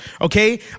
okay